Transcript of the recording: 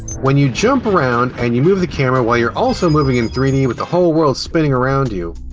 when you jump around and you move the camera while you're also moving in three d with the whole world spinning around you.